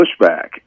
pushback